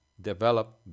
Develop